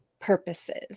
purposes